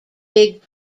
big